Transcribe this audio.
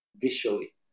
visually